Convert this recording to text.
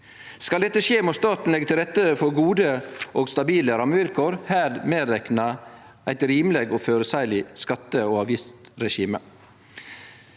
Skal dette skje, må staten leggje til rette for gode og stabile rammevilkår, her medrekna eit rimeleg og føreseieleg skatte- og avgiftsregime.